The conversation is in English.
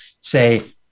say